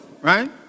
right